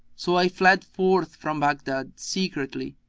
so i fled forth from baghdad secretly,